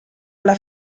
alla